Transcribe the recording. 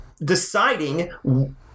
deciding